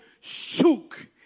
shook